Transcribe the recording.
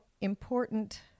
important